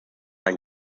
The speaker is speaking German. ein